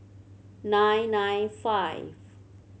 nine nine five